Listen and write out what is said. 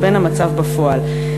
ובין המצב בפועל.